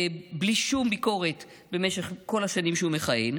בלי שום ביקורת במשך כל השנים שהוא מכהן,